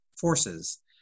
forces